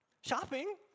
Shopping